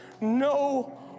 no